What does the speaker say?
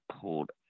pulled